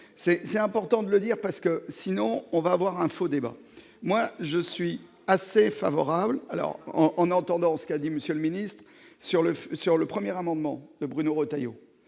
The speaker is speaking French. c'est important de le dire, parce que sinon on va avoir un faux débat, moi je suis assez favorable alors en en entendant ce qu'a dit Monsieur le Ministre, sur le feu sur le 1er amendement de Bruno Retailleau.